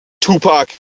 tupac